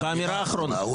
אמירה אחרונה.